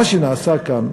מה שנעשה כאן,